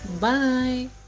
Bye